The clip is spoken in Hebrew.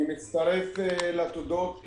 אני מצטרף לתודות